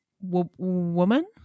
woman